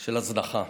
של הזנחה.